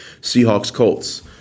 Seahawks-Colts